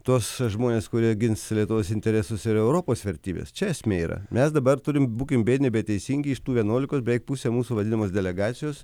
tuos žmones kurie gins lietuvos interesus ir europos vertybės čia esmė yra mes dabar turim būkim biedni bet teisingi iš tų vienuolikos beveik pusė mūsų vadinamos delegacijos